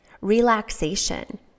relaxation